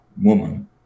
woman